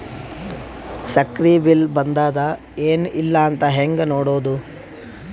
ಸಕ್ರಿ ಬಿಲ್ ಬಂದಾದ ಏನ್ ಇಲ್ಲ ಅಂತ ಹೆಂಗ್ ನೋಡುದು?